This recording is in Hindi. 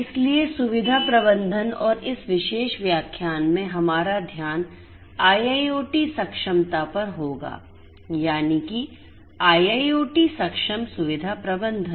इसलिए सुविधा प्रबंधन और इस विशेष व्याख्यान में हमारा ध्यान IIoT सक्षमता पर होगा यानि कि IIoT सक्षम सुविधा प्रबंधन